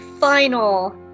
final